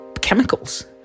chemicals